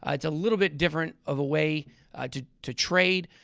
it's a little bit different of a way to to trade,